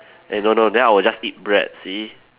eh no no then I will just eat bread see